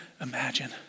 imagine